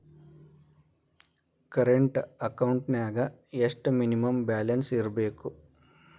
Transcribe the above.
Current ಅಕೌಂಟೆಂನ್ಯಾಗ ಎಷ್ಟ minimum balance ಇರ್ಬೇಕು?